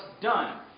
done